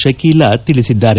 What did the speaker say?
ಶಕೀಲಾ ತಿಳಿಸಿದ್ದಾರೆ